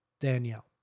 Danielle